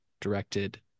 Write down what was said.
directed –